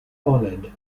honoured